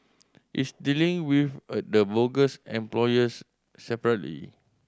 it's dealing with the bogus employers separately